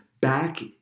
back